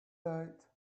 right